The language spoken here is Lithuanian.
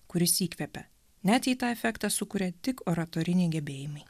kuris įkvepia net į tą efektą sukuria tik oratoriniai gebėjimai